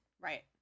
right